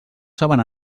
saben